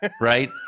right